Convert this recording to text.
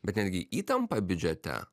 bet netgi įtampa biudžete